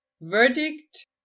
verdict